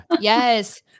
yes